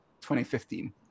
2015